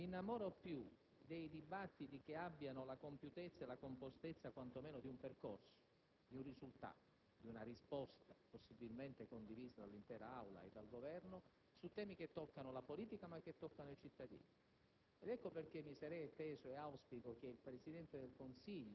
Allora, proprio per questo, signor Presidente, io mi innamoro più dei dibattiti che abbiano la compiutezza e la compostezza quanto meno di un percorso, di un risultato, di una risposta possibilmente condivisa dall'intera Aula e dal Governo su temi che toccano la politica ma anche i cittadini.